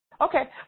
Okay